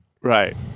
Right